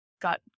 got